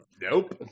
Nope